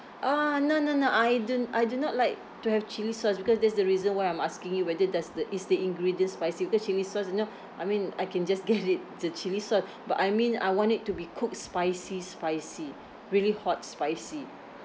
uh no no no I don~ I do not like to have chilli sauce because that's the reason why I'm asking you whether does the is the ingredient spicy because chilli sauce you know I mean I can just get it the chili sauce but I mean I want it to be cooked spicy spicy really hot spicy